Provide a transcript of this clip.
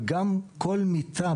וגם כל מיטה,